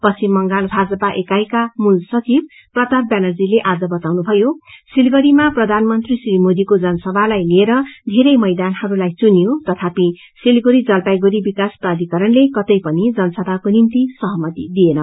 पश्चिम बांगल भाजपा एकाईका मूल सचिव प्रताप व्यानर्जीले आज बताउनुभयो सिलगडीमा प्रधानमंत्री श्री मोदीको जनसभालाई लिएर धेरै मैदानहरूलाई चुनियो तथापि सिलगड़ी जलपाइगुड़ी विकास प्राधिकरणले कतै पनि जनसभाको निम्ति सहमति दिएन